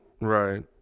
right